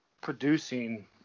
producing